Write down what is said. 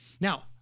Now